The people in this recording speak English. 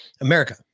america